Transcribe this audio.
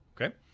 Okay